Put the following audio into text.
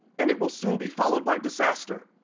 and it will soon be followed by disaster.